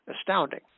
Astounding